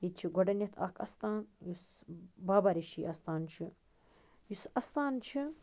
ییٚتہِ چھِ گۄڈٕنٮ۪تھ اَکھ اَستان یُس بابا ریٖشی اَستان چھُ یُس اَستان چھِ